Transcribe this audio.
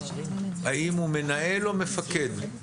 האם הוא מנהל או מפקד?